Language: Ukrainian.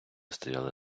стояли